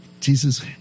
Jesus